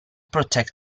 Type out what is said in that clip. protect